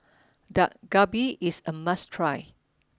Dak Galbi is a must try